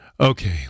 Okay